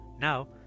Now